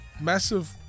massive